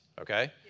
okay